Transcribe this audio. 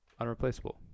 unreplaceable